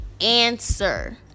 answer